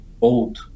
old